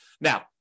Now